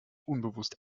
unbewusst